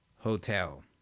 Hotel